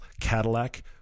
Cadillac